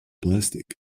plastic